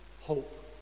hope